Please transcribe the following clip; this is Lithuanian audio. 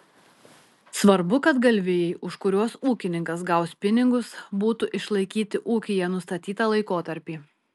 svarbu kad galvijai už kuriuos ūkininkas gaus pinigus būtų išlaikyti ūkyje nustatytą laikotarpį